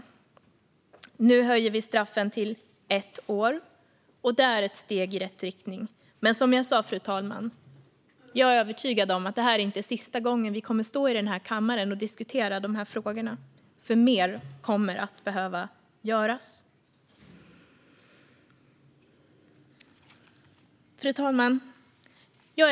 Men nu höjs straffet till ett år, och det är ett steg i rätt riktning. Fru talman! Som sagt: Jag är dock övertygad om att det inte är sista gången vi står i kammaren och diskuterar dessa frågor, för mer kommer att behöva göras. Fru talman!